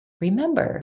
remember